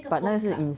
but 那个是 ins~